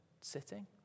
sitting